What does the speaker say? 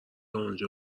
اونجا